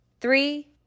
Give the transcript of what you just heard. three